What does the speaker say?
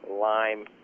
lime